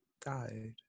died